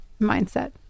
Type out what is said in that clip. mindset